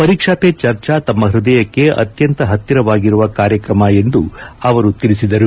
ಪರೀಕ್ಷಾ ಪೇ ಚರ್ಚಾ ತಮ್ಮ ಹೃದಯಕ್ಕೆ ಅತ್ಯಂತ ಹತ್ತಿರವಾಗಿರುವ ಕಾರ್ಯಕ್ರಮ ಎಂದು ಅವರು ತಿಳಿಸಿದರು